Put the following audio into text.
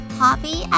hobby